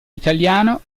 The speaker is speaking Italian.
italiano